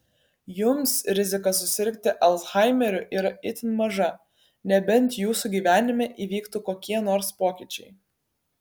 jums rizika susirgti alzhaimeriu yra itin maža nebent jūsų gyvenime įvyktų kokie nors pokyčiai